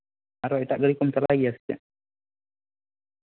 ᱟᱨᱚ ᱮᱴᱟᱜ ᱜᱟᱹᱲᱤ ᱠᱚᱢ ᱞᱟᱜᱟᱭ ᱜᱮᱭᱟ ᱥᱮ